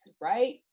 right